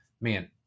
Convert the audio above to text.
man